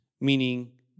meaning